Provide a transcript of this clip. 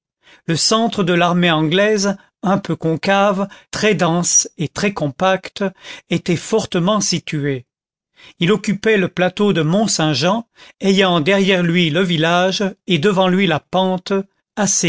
le centre de l'armée anglaise un peu concave très dense et très compact était fortement situé il occupait le plateau de mont-saint-jean ayant derrière lui le village et devant lui la pente